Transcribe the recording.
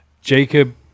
Jacob